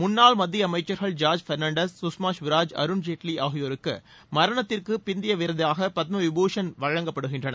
முன்னாள் மத்திய அமைச்சர்கள் ஜார்ஜ் பெர்னாண்டஸ் சுஷ்மா ஸ்வராஜ் அருண் ஜேட்லி ஆகியோருக்கு மரணத்திற்குப்பிந்தய விருதாக பத்ம விபூஷண் மரணத்திற்கு பின் வழங்கப்படுகின்றன